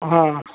ہاں